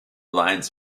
lines